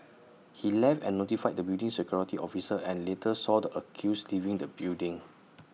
he left and notified the building's security officer and later saw the accused leaving the building